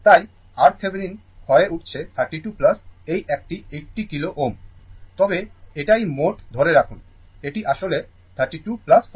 তাই RThevenin হয়ে উঠছে 32 এই একটি 80 kilo Ω তবে এটাই মোট ধরে রাখুন এটি আসলে 32 48